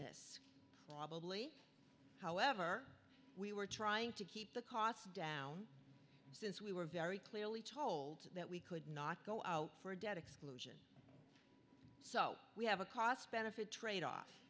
this probably however we were trying to keep the costs down since we were very clearly told that we could not go out for a debt exclusion so we have a cost benefit tradeoff